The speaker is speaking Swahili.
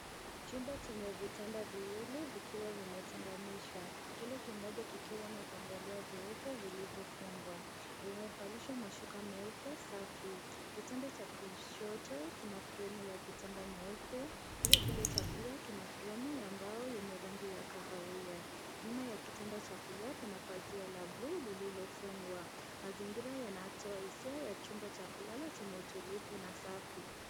Chumba chenye vitanda viwili vikiwa vimetenganishwa, kile kimoja kikiwa na vyandarua vyeupe vilivyofungwa. Vimevalishwa mashuka meupe safi. Kitanda cha kushoto kina fremu ya kitanda nyeupe huku kile cha kulia kina fremu ya mbao yenye rangi ya kahawia. Nyuma ya kitanda cha kulia kuna pazia la buluu lililofungwa. Mazingira yanatoa hisia ya chumba cha kulala chenye utulivu na safi.